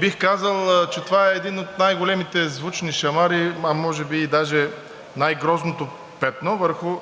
Бих казал, че това е един от най-големите звучни шамари, а може би и най-грозното петно върху